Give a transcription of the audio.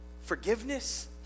Forgiveness